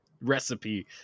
recipe